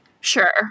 Sure